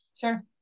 Sure